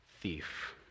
thief